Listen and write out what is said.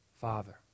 father